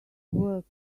work